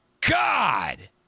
God